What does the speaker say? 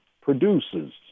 produces